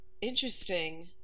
Interesting